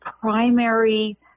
primary